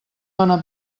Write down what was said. dóna